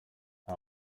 nta